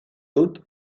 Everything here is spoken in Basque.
dut